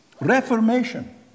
reformation